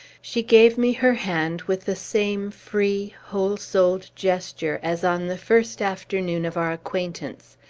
she gave me her hand with the same free, whole-souled gesture as on the first afternoon of our acquaintance,